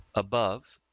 above,